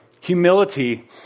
humility